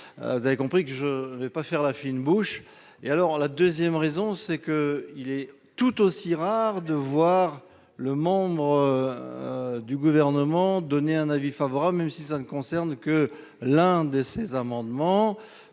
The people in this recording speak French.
vous avez compris que je ne veux pas faire la fine bouche et alors la 2ème raison c'est que il est tout aussi rare de voir le Membre du gouvernement, donné un avis favorable, même si ça ne concerne que l'un de ces amendements,